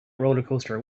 rollercoaster